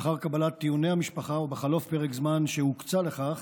לאחר קבלת טיעוני המשפחה ובחלוף פרק זמן שהוקצה לכך,